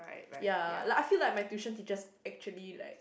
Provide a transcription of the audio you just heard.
ya like I feel like my tuition teachers actually like